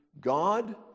God